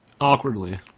awkwardly